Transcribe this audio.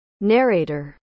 Narrator